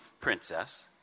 princess